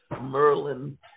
Merlin